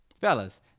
fellas